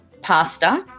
pasta